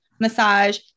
massage